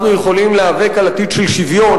אנחנו יכולים להיאבק על עתיד של שוויון,